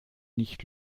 nicht